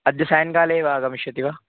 अद्य सायङ्काले एव आगमिष्यति वा